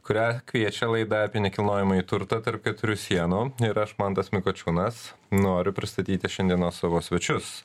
kurią kviečia laida apie nekilnojamąjį turtą tarp keturių sienų ir aš mantas mikočiūnas noriu pristatyti šiandienos savo svečius